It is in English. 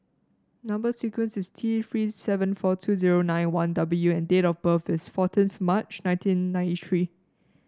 number sequence is T Three seven four two zero nine one W and date of birth is fourteenth March nineteen ninety three